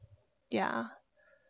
yeah